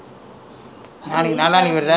பாரு எப்டி இருக்குணு:paaru epdi irukunu